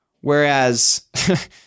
whereas